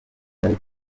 byari